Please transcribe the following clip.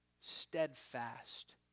steadfast